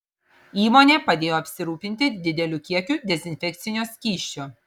įmonė padėjo apsirūpinti dideliu kiekiu dezinfekcinio skysčio